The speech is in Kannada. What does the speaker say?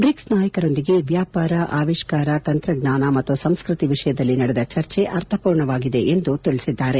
ಬ್ರಿಕ್ಸ್ ನಾಯಕರೊಂದಿಗೆ ವ್ಯಾಪಾರ ಆವಿಷ್ಕಾರ ತಂತ್ರಜ್ಞಾನ ಮತ್ತು ಸಂಸ್ಕೃತಿ ವಿಷಯದಲ್ಲಿ ನಡೆದ ಚರ್ಚೆ ಅರ್ಥಪೂರ್ಣವಾಗಿದೆ ಎಂದು ತಿಳಿಸಿದ್ದಾರೆ